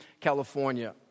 California